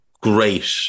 great